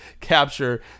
capture